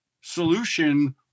solution